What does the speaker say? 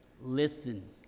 Listen